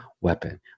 weapon